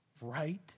Right